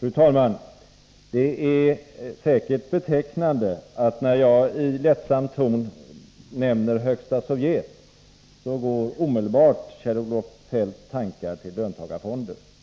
Fru talman! Det är betecknande att Kjell-Olof Feldts tankar omedelbart går till löntagarfonder när jag i